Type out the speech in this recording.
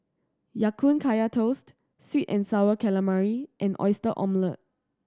Ya Kun Kaya Toast sweet and Sour Calamari and Oyster Omelette